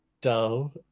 dull